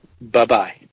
Bye-bye